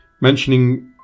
Mentioning